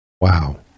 Wow